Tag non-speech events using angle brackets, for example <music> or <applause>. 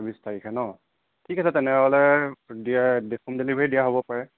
ছাব্বিছ তাৰিখে ন ঠিক আছে তেনেহ'লে <unintelligible> হোম ডেলিভাৰী দিয়া হ'ব পাৰে